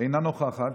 אינה נוכחת.